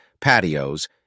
patios